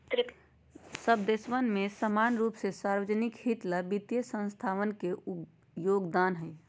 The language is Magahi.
सब देशवन में समान रूप से सार्वज्निक हित ला वित्तीय संस्थावन के योगदान हई